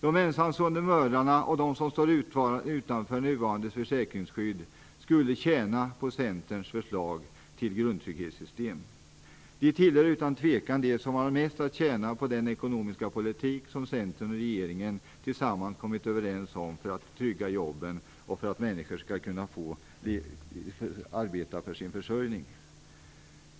De ensamstående mödrarna och de som står utanför nuvarande försäkringsskydd skulle tjäna på Centerns förslag till grundtrygghetssystem. De tillhör utan tvivel dem som har mest att tjäna på den ekonomiska politik som Centern och regeringen tillsammans kommit överens om för att jobben skall kunna tryggas och för att människor skall kunna få arbeta för sin försörjning.